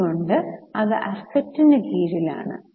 അതുകൊണ്ട് അത് അസറ്റിനു കീഴിൽ ആണ്